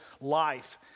life